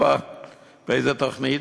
באיזו תוכנית?